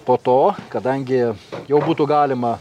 po to kadangi jau būtų galima